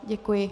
Děkuji.